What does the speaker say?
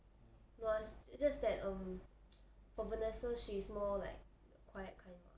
was just that um for vanessa she is more like the quiet kind mah